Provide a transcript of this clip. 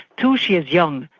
two, she is young.